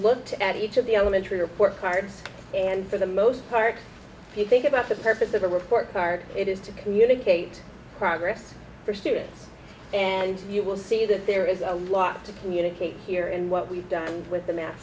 looked at each of the elementary report cards and for the most part you think about the purpose of a report card it is to communicate progress for students and you will see that there is a lot to communicate here and what we've done with the math